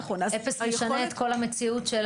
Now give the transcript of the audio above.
אפעס, משנה את כל המציאות.